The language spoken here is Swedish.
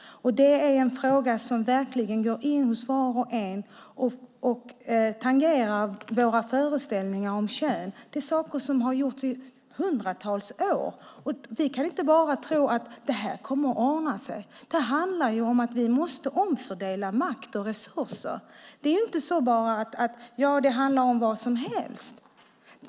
Det är en fråga som verkligen går in hos var och en och tangerar våra föreställningar om kön. Det är saker som har gjorts i hundratals år. Vi kan inte bara tro att det kommer att ordna sig. Det handlar om att vi måste omfördela makt och resurser. Det är inte bara så att det handlar om vad som helst.